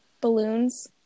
balloons